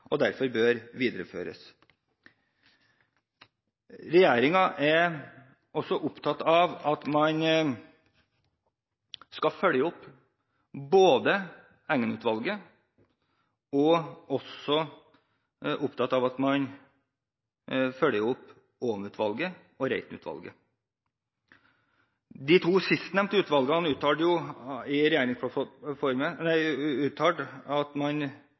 og derfor bør videreføres. Regjeringen er opptatt av at man skal følge opp Engen-utvalget, og er også opptatt av at man følger opp Åm-utvalget og Reiten-utvalget. De to sistnevnte utvalgene uttalte